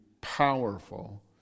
powerful